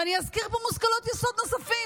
ואני אזכיר פה מושכלות יסוד נוספים.